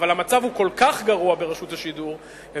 אבל המצב ברשות השידור הוא כל כך גרוע,